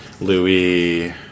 Louis